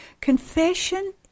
Confession